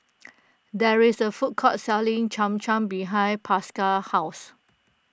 there is a food court selling Cham Cham behind Pascal's house